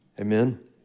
Amen